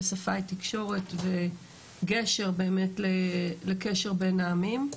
ששפה ותקשורת זה גשר באמת לקשר בין העמים.